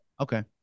Okay